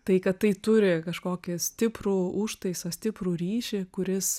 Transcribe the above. tai kad tai turi kažkokį stiprų užtaisą stiprų ryšį kuris